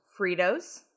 Fritos